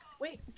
wait